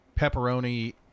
pepperoni